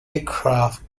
aircraft